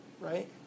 Right